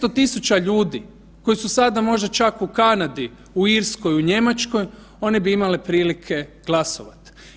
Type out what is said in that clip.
500 tisuća ljudi koji su sad možda čak u Kanadi, u Irskoj, u Njemačkoj, oni bi imali prilike glasovati.